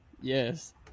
Yes